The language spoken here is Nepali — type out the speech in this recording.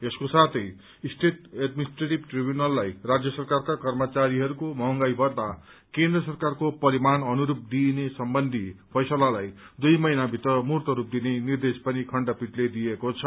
यसको साथै स्टेट एडमिनिस्ट्रेटिय ट्रिब्यूनललाई राज्य सरकारका कर्मचारीहरूको महंगाई भत्ता केन्द्र सरकार परिमाण अनुरूप दिने सम्बन्धी फैसलालाई दुइ महिनाभित्र मूर्त रूप दिने निर्देश पनि खण्डपीठले दिएको छ